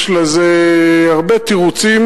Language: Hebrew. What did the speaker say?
יש לזה הרבה תירוצים.